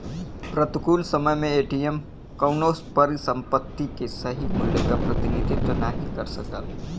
प्रतिकूल समय में एम.टी.एम कउनो परिसंपत्ति के सही मूल्य क प्रतिनिधित्व नाहीं कर सकला